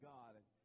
God